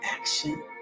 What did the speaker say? action